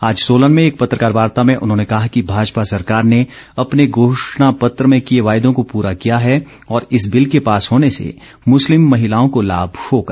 आज सोलन में एक पत्रकार वार्ता में उन्होंने कहा कि भाजपा सरकार ने अपने घोषणा पत्र में किए वायदों को पूरा किया है और इस बिल के पास होने से मुस्लिम महिलाओं को लाभ होगा